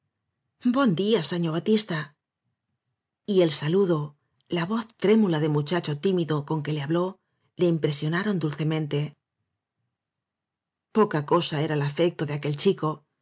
bon día siñor batiste y el saludo la voz trémula de muchacho tímido con que le habló le impresionaron dulcemente oca cosa era el afecto de aquel chico